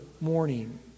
morning